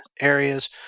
areas